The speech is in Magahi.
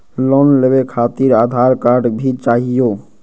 लोन लेवे खातिरआधार कार्ड भी चाहियो?